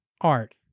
art